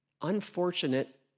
unfortunate